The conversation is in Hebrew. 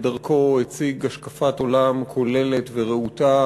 שכדרכו הציג השקפת עולם כוללת ורהוטה